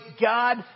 God